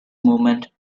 movement